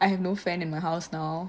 I have no fan in my house now